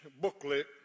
booklet